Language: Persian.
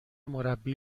مربی